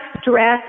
stress